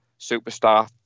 superstar